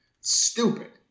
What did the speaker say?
Stupid